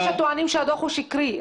יש הטוענים שהדוח הוא שקרי.